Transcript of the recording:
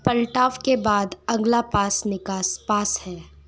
पलटाव के बाद अगला पास निकास पास है